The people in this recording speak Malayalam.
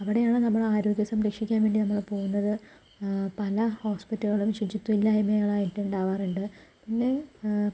അവിടെയാണ് നമ്മൾ ആരോഗ്യം സംരക്ഷിക്കാൻ വേണ്ടി നമ്മള് പോകുന്നത് പല ഹോസ്പിറ്റലുകളും ശുചിത്വമില്ലായ്മകളായിട്ടുണ്ടാവാറുണ്ട് പിന്നെ